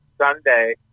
Sunday